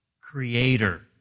creator